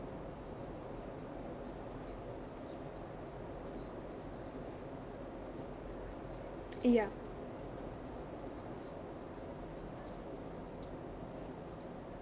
ya